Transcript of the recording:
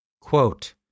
Quote